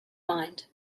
mind